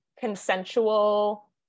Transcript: Consensual